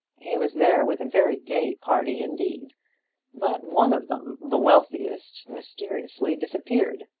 he was there with a very gay party indeed but one of them, the wealthiest, mysteriously disappeared.